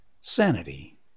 Sanity